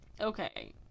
okay